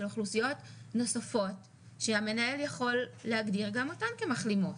אוכלוסיות נוספות שהמנהל יכול להגדיר גם אותן כמחלימות.